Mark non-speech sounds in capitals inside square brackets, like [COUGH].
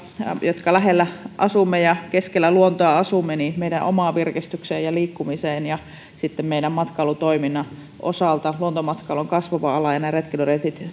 jotka lähellä ja keskellä luontoa asumme meidän omaan virkistykseemme ja liikkumiseemme ja sitten meidän matkailutoiminnan osalta luontomatkailu on kasvava ala ja näiden retkeilyreittien [UNINTELLIGIBLE]